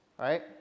right